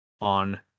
on